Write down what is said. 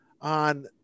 on